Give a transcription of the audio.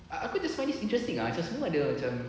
ah ah aku just find it interesting ah macam semua ada macam